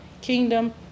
kingdom